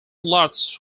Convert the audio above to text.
lots